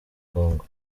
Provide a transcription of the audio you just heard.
congo